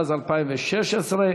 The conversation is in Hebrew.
אז התשובה על שאלתך,